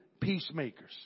peacemakers